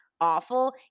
awful